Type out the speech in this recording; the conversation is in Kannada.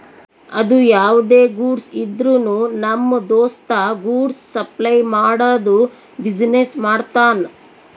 ಅದು ಯಾವ್ದೇ ಗೂಡ್ಸ್ ಇದ್ರುನು ನಮ್ ದೋಸ್ತ ಗೂಡ್ಸ್ ಸಪ್ಲೈ ಮಾಡದು ಬಿಸಿನೆಸ್ ಮಾಡ್ತಾನ್